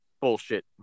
Bullshit